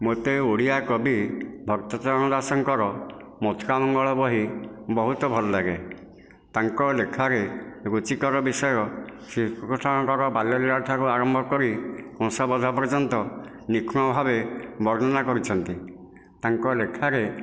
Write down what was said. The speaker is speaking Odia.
ମୋତେ ଓଡ଼ିଆ କବି ଭକ୍ତଚରଣ ଦାସଙ୍କର ମଥୁରା ମଙ୍ଗଳ ବହି ବହୁତ ଭଲ ଲାଗେ ତାଙ୍କ ଲେଖାରେ ରୁଚିକର ବିଷୟ ଶ୍ରୀକୃଷ୍ଣଙ୍କର ବାଲ୍ୟଲୀଳା ଠାରୁ ଆରମ୍ଭ କରି କଂସ ବଦ୍ଧ ପର୍ଯ୍ୟନ୍ତ ନିଖୁଣ ଭାବେ ବର୍ଣ୍ଣନା କରିଛନ୍ତି ତାଙ୍କ ଲେଖାରେ